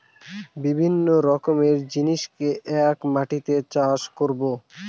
বিভিন্ন রকমের জিনিসকে এক মাটিতে চাষ করাবো